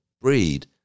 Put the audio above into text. breed